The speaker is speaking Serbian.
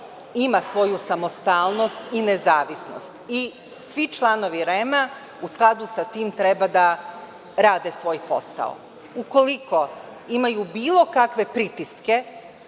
ima svoju samostalnost i nezavisnost i svi članovi REM-a u skladu sa tim treba da rade svoj posao. Ukoliko imaju bilo kakve pritiske